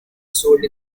sold